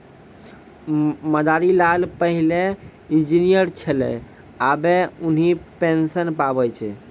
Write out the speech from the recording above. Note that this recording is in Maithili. मदारी लाल पहिलै इंजीनियर छेलै आबे उन्हीं पेंशन पावै छै